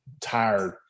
tired